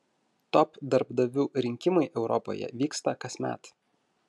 top darbdavių rinkimai europoje vyksta kasmet